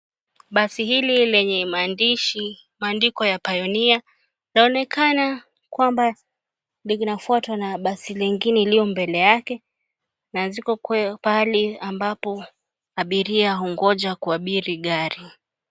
Basi hili lenye maandishi, maandiko ya Pioneer linaonekana kwamba linafuatwa na basi ingine iliyo mbele yake na ziko pahali ambapo abiria hugoja kuabiri gari.